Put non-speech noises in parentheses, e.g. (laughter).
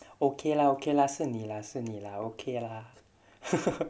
okay lah okay lah 是你 lah 是你 lah okay lah (laughs)